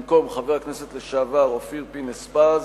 במקום חבר הכנסת לשעבר אופיר פינס-פז